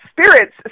Spirits